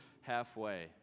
halfway